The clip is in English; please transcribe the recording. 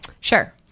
sure